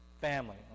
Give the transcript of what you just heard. family